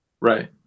Right